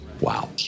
Wow